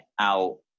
out